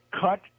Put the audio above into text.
cut